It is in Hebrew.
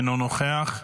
אינו נוכח.